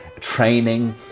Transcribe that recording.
training